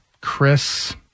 Chris